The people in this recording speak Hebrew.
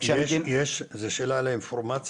אבל כל שאר הכסף